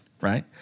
right